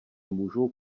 můžou